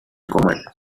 common